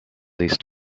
east